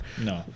No